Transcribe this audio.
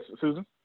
Susan